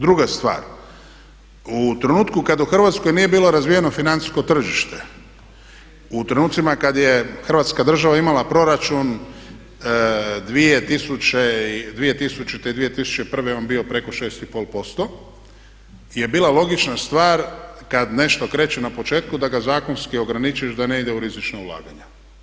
Druga stvar, u trenutku kad u Hrvatskoj nije bilo razvijeno financijsko tržište, u trenucima kad je Hrvatska država imala proračun 2000. i 2001. je on bio preko 6,5% je bila logična stvar kad nešto kreće na početku da ga zakonski ograničiš da ne ide u rizična ulaganja.